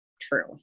true